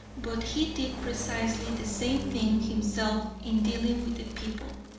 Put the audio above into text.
but he did precisely the same thing himself in dealing with the people.